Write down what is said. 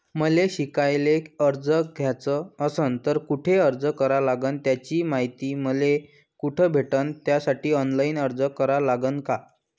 मले शिकायले कर्ज घ्याच असन तर कुठ अर्ज करा लागन त्याची मायती मले कुठी भेटन त्यासाठी ऑनलाईन अर्ज करा लागन का?